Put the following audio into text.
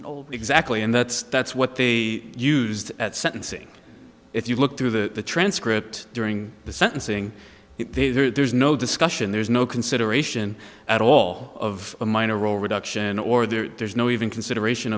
an old exactly and that's that's what they used at sentencing if you look through the transcript during the sentencing there's no discussion there's no consideration at all of a minor role reduction or there's no even consideration